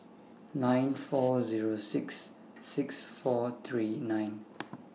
nine four Zero six six four three nine